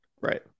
right